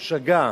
הוא שגה.